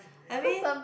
I mean